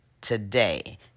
today